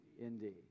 indeed